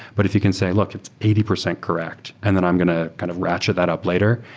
but if you can say, look, it's eighty percent correct, and then i'm going to kind of ratchet that up later.